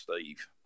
Steve